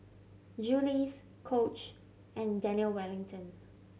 Julie's Coach and Daniel Wellington